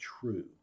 true